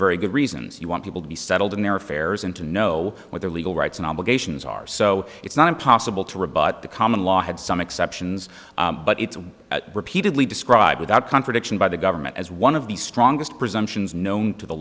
very good reasons you want people to be settled in their affairs and to know what their legal rights and obligations are so it's not impossible to rebut the common law had some exceptions but it's repeatedly described without contradiction by the government as one of the strongest presumptions known to the